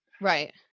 Right